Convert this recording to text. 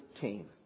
team